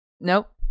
nope